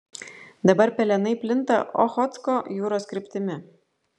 dabar pelenai plinta ochotsko jūros kryptimi